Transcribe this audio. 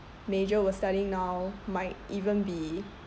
major we're studying now might even be